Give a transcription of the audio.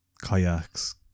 kayaks